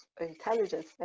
intelligence